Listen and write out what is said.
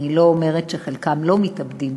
אני לא אומרת שחלקם לא מתאבדים,